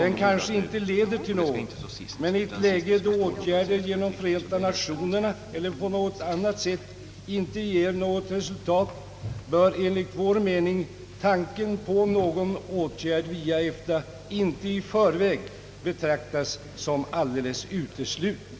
Den kanske inte leder till någonting, men i ett läge då åtgärder genom Förenta Nationerna eller på något annat sätt inte ger resultat bör enligt vår mening tanken på någon åtgärd via EFTA inte i förväg betraktas som helt utesluten.